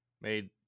made